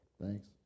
Thanks